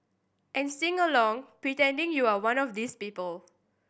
and sing along pretending you're one of these people